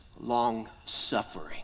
long-suffering